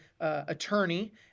attorney